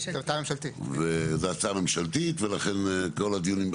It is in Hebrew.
זו הצעה ממשלתית ולכן כל הדיונים,